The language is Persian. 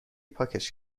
پاکش